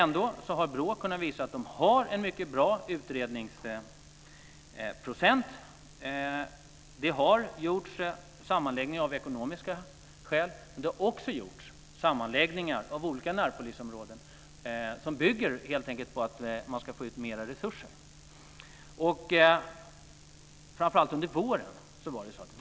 Ändå har BRÅ kunnat visa att närpolisen lyckas utreda en mycket stor del av fallen. Det har gjorts sammanläggningar av ekonomiska skäl, men det har också gjorts sammanläggningar av närpolisområden som bygger på att polisen vill få ut mer resurser. Framför allt under våren var det så.